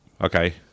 Okay